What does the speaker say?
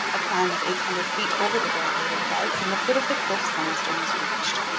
a climb of eight hundred feet over the variegated beds and the foot of the cliff sandstone is reached.